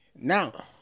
Now